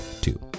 two